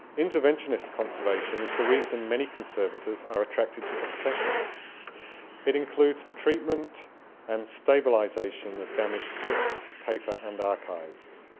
interventionist conservation is the reason many conservators are attracted to the profession it includes the treatment and stabilisation of damaged books, paper and archives